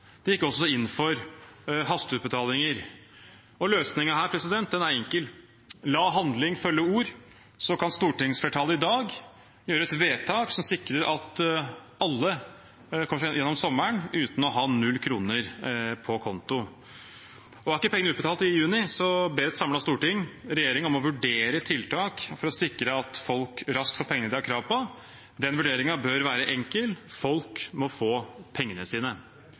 gikk også inn for hasteutbetalinger. Løsningen på dette er enkel: La handling følge ord, så kan stortingsflertallet i dag gjøre et vedtak som sikrer at alle kommer seg gjennom sommeren uten å ha null kroner på konto. Er ikke pengene utbetalt i juni, ber et samlet storting regjeringen om å vurdere tiltak for å sikre at folk raskt får pengene de har krav på. Den vurderingen bør være enkel. Folk må få pengene sine!